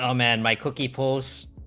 um and my cookie polls,